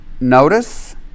Notice